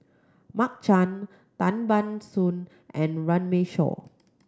Mark Chan Tan Ban Soon and Runme Shaw